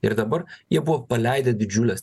ir dabar jie buvo paleidę didžiules